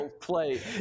play